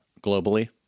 globally